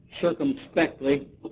circumspectly